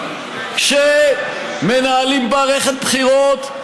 כשמנהלים מערכת בחירות,